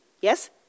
yes